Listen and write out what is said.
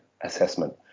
assessment